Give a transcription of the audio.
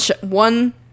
one